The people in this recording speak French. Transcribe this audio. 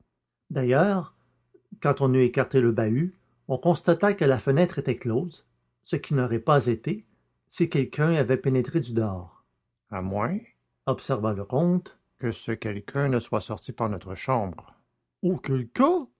d'ailleurs quand on eut écarté le bahut on constata que la fenêtre était close ce qui n'aurait pas été si quelqu'un avait pénétré du dehors à moins observa le comte que ce quelqu'un ne soit sorti par notre chambre auquel cas